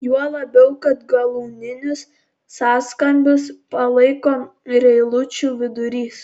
juo labiau kad galūninius sąskambius palaiko ir eilučių vidurys